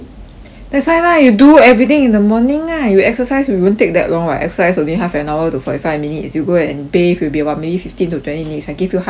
that's why lah you do everything in the morning lah you exercise you won't take that long [what] exercise only half an hour to forty five minutes you go and bathe will be about maybe fifteen to twenty minutes I give you half an hour